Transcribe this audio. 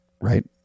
right